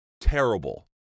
terrible